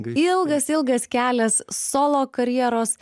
ilgas ilgas kelias solo karjeros